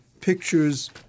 pictures